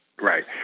Right